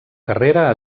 carrera